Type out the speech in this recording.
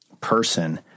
person